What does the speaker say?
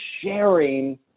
sharing